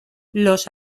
los